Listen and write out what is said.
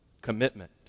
commitment